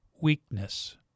weakness